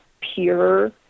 pure